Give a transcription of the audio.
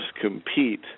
compete